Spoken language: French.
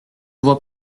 vois